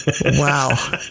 Wow